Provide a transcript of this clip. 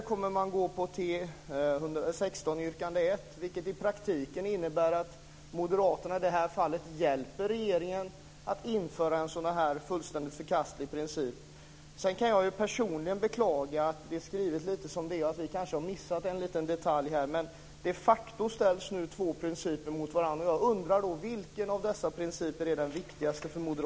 Kommer man att gå på T16 yrkande 1, vilket i praktiken innebär att Moderaterna i det här fallet hjälper regeringen att införa en sådan här fullständigt förkastlig princip? Personligen kan jag beklaga att det är skrivet som det är. Vi kanske har missat en detalj. Men faktum är att två principer nu ställs mot varandra, och jag undrar vilken av principerna som är den viktigaste för